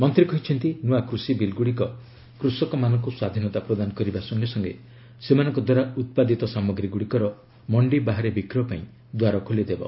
ମନ୍ତ୍ରୀ କହିଛନ୍ତି ନୂଆ କୃଷି ବିଲ୍ଗୁଡ଼ିକ କୃଷକମାନଙ୍କୁ ସ୍ୱାଧୀନତା ପ୍ରଦାନ କରିବା ସଙ୍ଗେ ସଙ୍ଗେ ସେମାନଙ୍କ ଦ୍ୱାରା ଉତ୍ପାଦିତ ସାମଗ୍ରୀ ଗୁଡ଼ିକର ମଣ୍ଡି ବାହାରେ ବିକ୍ରୟ ପାଇଁ ଦ୍ୱାର ଖୋଲିଦେବ